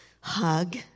hug